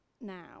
now